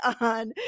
on